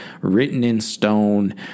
written-in-stone